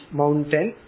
mountain